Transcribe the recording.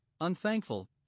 unthankful